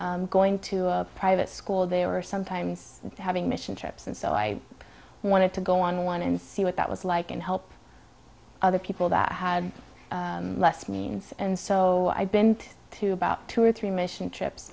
school going to a private school they were sometimes having mission trips and so i wanted to go on one and see what that was like and help other people back less means and so i've been to about two or three mission trips